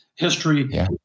history